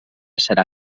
serà